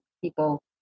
people